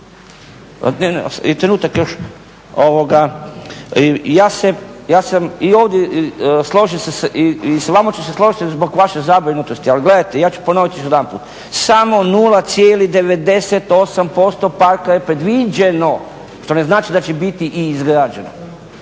I trenutak još, ja sam i ovdje i s vama ću se složiti zbog vaše zabrinutosti, ali gledajte, ja ću ponoviti još jedanput. Samo 0,98% parka je predviđeno, što ne znači da će biti i izgrađeno,